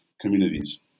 communities